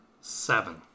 Seven